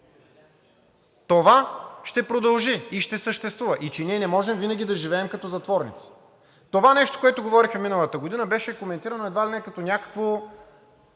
това ще продължи и ще съществува и че ние не можем винаги да живеем като затворници. Това нещо, което говорехме миналата година, беше коментирано едва ли не като нещо,